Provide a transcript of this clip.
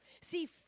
See